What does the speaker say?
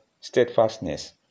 steadfastness